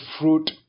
fruit